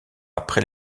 après